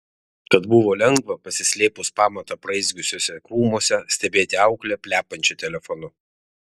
kad buvo lengva pasislėpus pamatą apraizgiusiuose krūmuose stebėti auklę plepančią telefonu